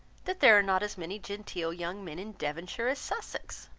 that there are not as many genteel young men in devonshire as sussex?